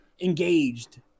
engaged